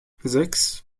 sechs